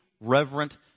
reverent